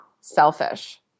selfish